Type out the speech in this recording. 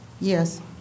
Yes